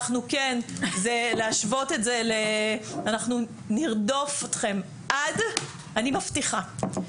אנחנו כן זה להשוות את זה אנחנו נרדוף אתכם עד אני מבטיחה,